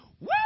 Woo